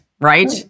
right